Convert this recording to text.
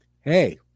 Hey